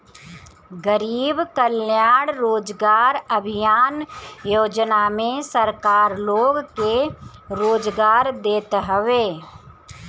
गरीब कल्याण रोजगार अभियान योजना में सरकार लोग के रोजगार देत हवे